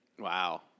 Wow